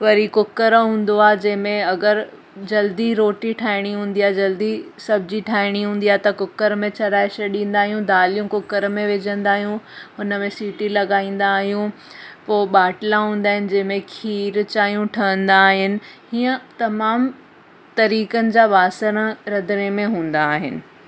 वरी कूकर हूंदो आहे जंहिं में अगरि जल्दी रोटी ठाहिणी हूंदी आहे जल्दी सब्जी ठाहिणी हूंदी आहे त कूकर में चड़ाए छॾींदा आहियूं दालियूं कूकर में विझंदा आहियूं हुन में सिटी लॻाईंदा आहियूं पोइ ॿाटला हूंदा आहिनि जंहिं में खीरु चांहियूं ठहंदा आहिनि हीअं तमामु तरीक़नि जा बासण रंधिणे में हूंदा आहिनि